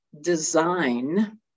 design